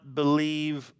believe